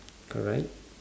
correct